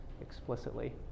explicitly